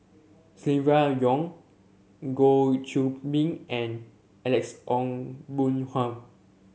Silvia Yong Goh Qiu Bin and Alex Ong Boon Hau